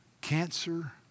cancer